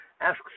asks